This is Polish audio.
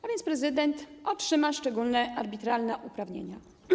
A więc prezydent otrzyma szczególne, arbitralne uprawnienia.